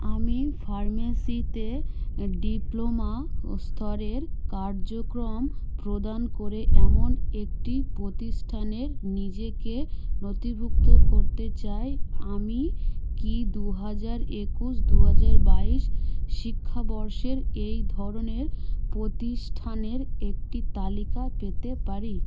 আমি ফার্মেসিতে ডিপ্লোমা স্তরের কার্যক্রম প্রদান করে এমন একটি প্রতিষ্ঠানে নিজেকে নথিভুক্ত করতে চাই আমি কি দু হাজার একুশ দু হাজার বাইশ শিক্ষাবর্ষের এই ধরনের প্রতিষ্ঠানের একটি তালিকা পেতে পারি